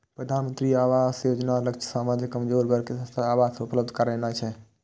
प्रधानमंत्री आवास योजनाक लक्ष्य समाजक कमजोर वर्ग कें सस्ता आवास उपलब्ध करेनाय छै